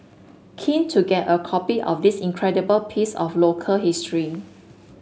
keen to get a copy of this incredible piece of local history